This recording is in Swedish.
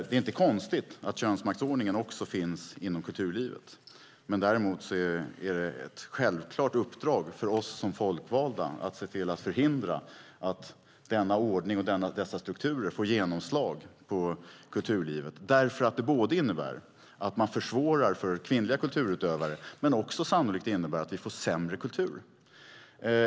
Det är inte konstigt att könsmaktsordningen också finns inom kulturlivet, men däremot är det ett självklart uppdrag för oss som folkvalda att se till att förhindra att denna ordning och dessa strukturer får genomslag i kulturlivet. Det innebär både att man försvårar för kvinnliga kulturutövare och sannolikt att vi får sämre kultur.